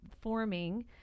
forming